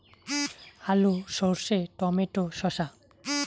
আলু সর্ষে টমেটো শসা